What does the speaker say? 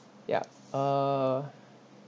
yup uh